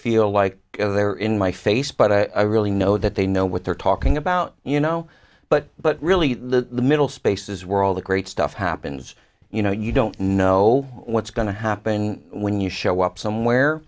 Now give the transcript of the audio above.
feel like they're in my face but i really know that they know what they're talking about you know but but really the middle spaces where all the great stuff happens you know you don't know what's going to happen when you show up somewhere